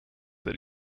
that